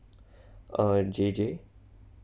uh J J